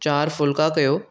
चारि फ़ुल्का कयो